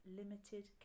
limited